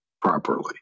properly